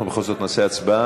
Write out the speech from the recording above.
אנחנו בכל זאת נעשה הצבעה.